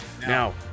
now